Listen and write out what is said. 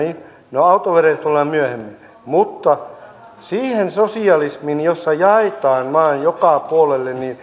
no autovero tulee myöhemmin mutta siihen sosialismiin jossa jaetaan vain joka puolelle